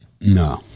No